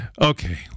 Okay